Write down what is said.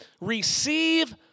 receive